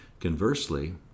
Conversely